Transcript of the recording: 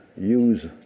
use